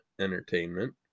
Entertainment